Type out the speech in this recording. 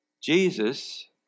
Jesus